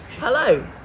Hello